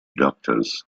doctors